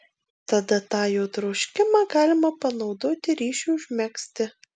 tada tą jo troškimą galima panaudoti ryšiui užmegzti